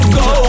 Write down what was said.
go